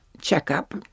checkup